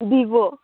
Vivo